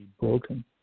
broken